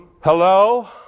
Hello